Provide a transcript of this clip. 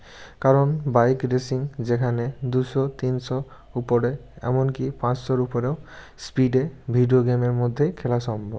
কারণ bike racing যেখানে দুশো তিনশো উপরে এমনকি পাঁচশোর উপরেও স্পিডে ভিডিও গেমের মধ্যে খেলা সম্ভব